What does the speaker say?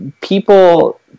people